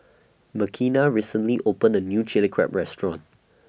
Makenna recently opened A New Chilli Crab Restaurant